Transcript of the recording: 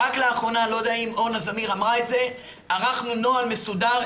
רק לאחרונה אני לא יודע אם אורנה זמיר אמרה את זה ערכנו נוהל מסודר,